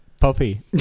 puppy